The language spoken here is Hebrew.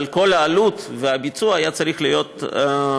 אבל כל העלות והביצוע היו צריכים להיות עליהם.